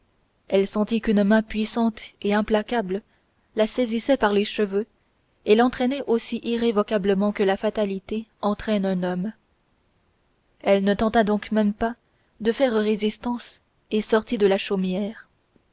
elle sentit qu'une main puissante et implacable la saisissait par les cheveux et l'entraînait aussi irrévocablement que la fatalité entraîne l'homme elle ne tenta donc pas même de faire résistance et sortit de la chaumière